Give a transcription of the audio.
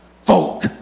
folk